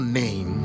name